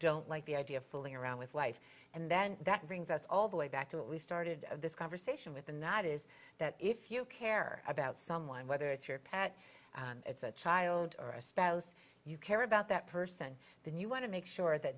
don't like the idea of fooling around with life and then that brings us all the way back to what we started this conversation with the night is that if you care about someone whether it's your pat it's a child or a spouse you care about that person then you want to make sure that